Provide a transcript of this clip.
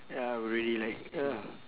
ya we already like ya